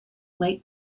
lake